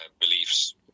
beliefs